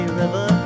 river